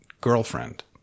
girlfriend